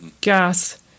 gas